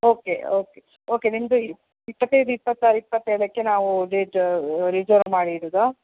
okay okay okay ನಿಮ್ಮದು ಇಪ್ಪತ್ತೈದು ಇಪ್ಪತ್ತಾರು ಇಪ್ಪತ್ತೇಳಕ್ಕೆ ನಾವು ಡೇಟ್ ರಿಸರ್ವ್ ಮಾಡಿ ಇಡುದಾ